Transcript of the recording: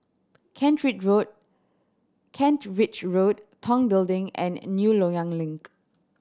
Kent Road Kent Ridge Road Tong Building and New Loyang Link